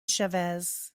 chavez